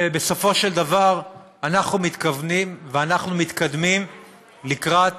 בסופו של דבר אנחנו מכוונים ואנחנו מתקדמים לקראת